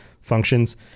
functions